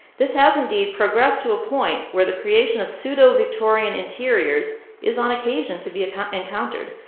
this has indeed progressed to a point where the creation of pseudo-victorian interiors is on occasion to be kind of encountered.